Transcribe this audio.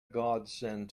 godsend